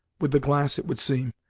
with the glass it would seem,